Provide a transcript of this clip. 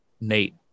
Nate